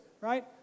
right